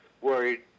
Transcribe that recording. worried